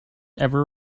ever